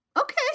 Okay